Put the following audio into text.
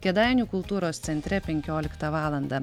kėdainių kultūros centre penkioliktą valandą